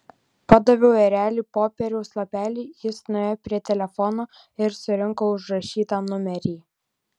padaviau ereliui popieriaus lapelį jis nuėjo prie telefono ir surinko užrašytą numerį